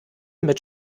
mit